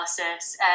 analysis